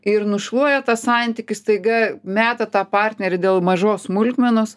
ir nušluoja tą santykį staiga meta tą partnerį dėl mažos smulkmenos